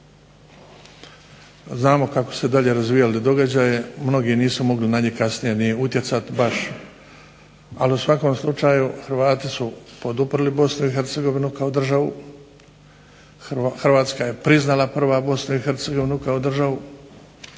Znamo kako su se dalje razvijali događaji. Mnogi nisu mogli na njih kasnije ni utjecati baš. Ali u svakom slučaju Hrvati su poduprli Bosnu i Hercegovinu kao državu, Hrvatska je priznala prva Bosnu i Hercegovinu kao državu.